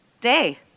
day